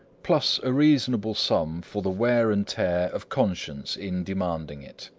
plus a reasonable sum for the wear and tear of conscience in demanding it.